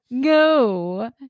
go